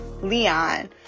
Leon